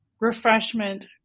refreshment